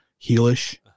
heelish